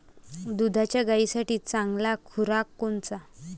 दुधाच्या गायीसाठी चांगला खुराक कोनचा?